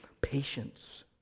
patience